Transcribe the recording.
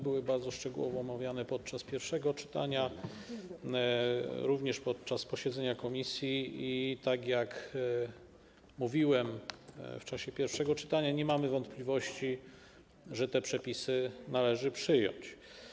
Były one bardzo szczegółowo omawiane podczas pierwszego czytania, również podczas posiedzenia komisji i - tak jak mówiłem w czasie pierwszego czytania - nie mamy wątpliwości, że te przepisy należy przyjąć.